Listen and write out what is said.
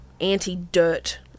anti-dirt